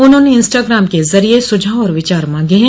उन्होंने इंस्टाग्राम के जरिये सुझाव और विचार मांगे हैं